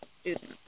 student